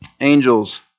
Angels